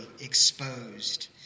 exposed